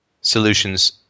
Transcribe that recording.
solutions